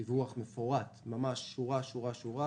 דיווח מפורט, ממש שורה, שורה, שורה